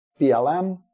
BLM